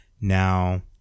Now